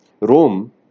Rome